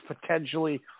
potentially